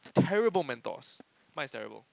terrible mentors mine's terrible